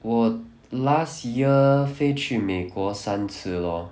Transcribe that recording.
我 last year 飞去美国三次 lor